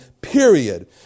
period